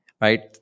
right